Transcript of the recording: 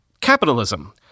capitalism